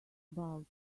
about